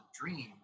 dream